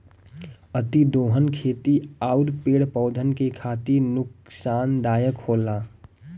अतिदोहन खेती आउर पेड़ पौधन के खातिर नुकसानदायक होला